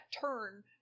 turn